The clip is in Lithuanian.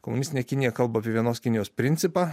komunistinė kinija kalba apie vienos kinijos principą